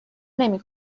نمی